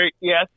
yes